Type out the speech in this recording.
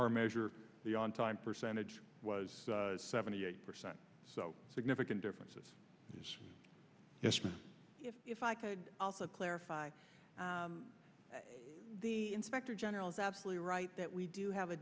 our measure the on time percentage was seventy eight percent so significant differences is yes but if i could also clarify the inspector general is absolutely right that we do have a